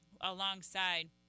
alongside